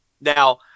now